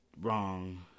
wrong